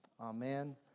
Amen